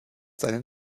seinen